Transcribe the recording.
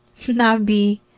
nabi